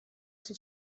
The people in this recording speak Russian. что